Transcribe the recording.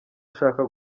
ashaka